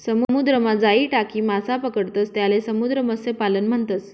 समुद्रमा जाई टाकी मासा पकडतंस त्याले समुद्र मत्स्यपालन म्हणतस